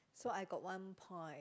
so I got one point